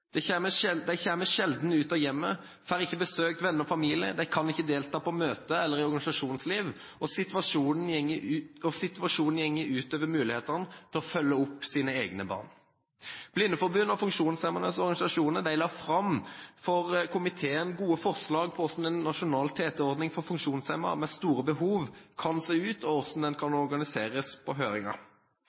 De kommer sjelden ut av hjemmet, får ikke besøkt venner og familie, de kan ikke delta på møter eller i organisasjonsliv, og situasjonen går ut over mulighetene til å følge opp egne barn. Blindeforbundet og funksjonshemmedes organisasjoner la på høringen fram for komiteen gode forslag til hvordan en nasjonal TT-ordning for funksjonshemmede med store behov kan se ut, og hvordan den kan organiseres.